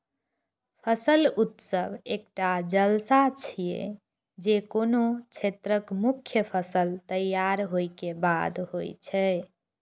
फसल उत्सव एकटा जलसा छियै, जे कोनो क्षेत्रक मुख्य फसल तैयार होय के बाद होइ छै